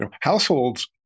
households